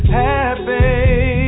happy